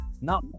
Now